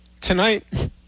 tonight